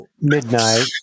midnight